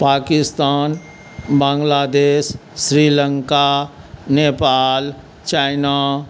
Pakistan Bangladesh Sri Lanka Nepal China